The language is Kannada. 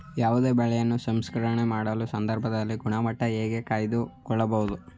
ಯಾವುದೇ ಬೆಳೆಯನ್ನು ಸಂಸ್ಕರಣೆ ಮಾಡುವ ಸಂದರ್ಭದಲ್ಲಿ ಗುಣಮಟ್ಟ ಹೇಗೆ ಕಾಯ್ದು ಕೊಳ್ಳಬಹುದು?